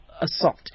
assault